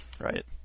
Right